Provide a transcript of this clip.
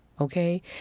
okay